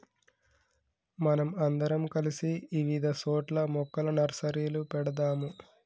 మనం అందరం కలిసి ఇవిధ సోట్ల మొక్కల నర్సరీలు పెడదాము